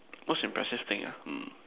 most impressive thing ah hmm